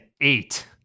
eight